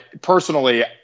personally